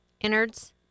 innards